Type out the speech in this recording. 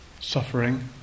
suffering